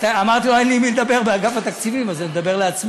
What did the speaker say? אז אמרתי לו: אין לי עם מי לדבר באגף התקציבים אז אני מדבר לעצמי.